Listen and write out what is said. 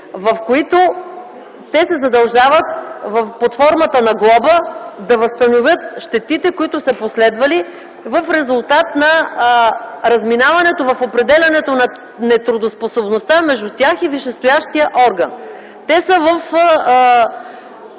в които те се задължават под формата на глоба да възстановят щетите, които са последвали в резултат на разминаването в определянето на нетрудоспособността между тях и висшестоящия орган. Те са във